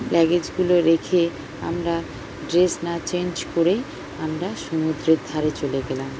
লাগেজগুলো রেখে আমরা ড্রেস না চেঞ্জ করেই আমরা সমুদ্রের ধারে চলে গেলাম